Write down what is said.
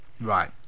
right